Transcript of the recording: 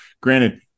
granted